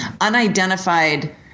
unidentified